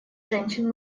женщин